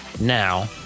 now